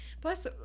Plus